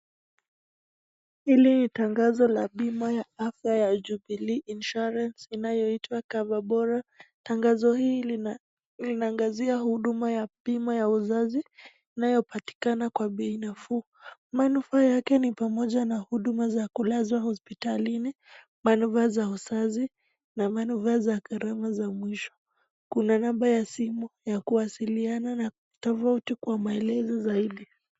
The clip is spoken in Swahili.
Hili tangazo la bima la afya la Jubilee Insurance inayoitwa coverbora. Tangazo hili linaangazia huduma ya bima ya uzazi inayopatikana kwa bei nafuu. Manufaa yake ni pamoja na huduma za kulazwa hospitalini, manufaa za uzazi na manufaa za gharama za mwisho. Kuna namba ya simu ya kuwasiliana na tofauti kwa maelezo zaidi.